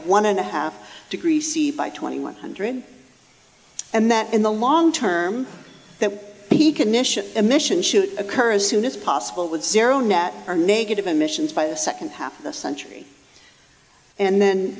one and a half degrees by twenty one hundred and that in the long term that he can mission a mission shoot occur as soon as possible with zero net or negative emissions by the second half of the century and then